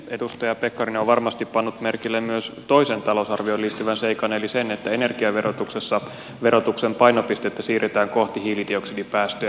edustaja pekkarinen on varmasti pannut merkille myös toisen talousarvioon liittyvän seikan eli sen että energiaverotuksessa verotuksen painopistettä siirretään kohti hiilidioksidipäästöjä